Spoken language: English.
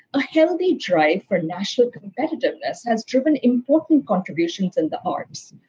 a healthy drive for national competitiveness has driven important contributions in the arts.